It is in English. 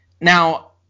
Now